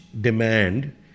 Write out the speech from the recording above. demand